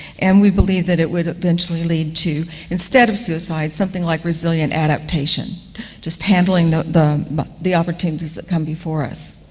and we believe that it would eventually lead to, instead of suicide, something like resilient adaptation just handling the the opportunities that come before us.